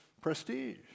prestige